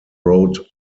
wrote